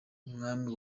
umwami